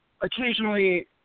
occasionally